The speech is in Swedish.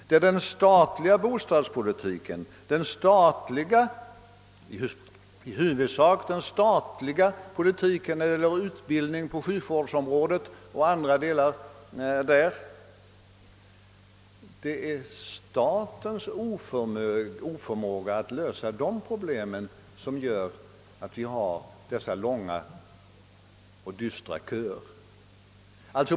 Det är den statliga bostadspolitiken, i huvudsak den statliga utbildningspolitiken på sjukvårdsområdet samt statens oförmåga att lösa problemen härvidlag, som gör att vi har dessa långa och dystra köer.